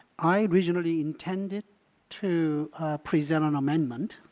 i originally intended to present an amendment.